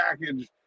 package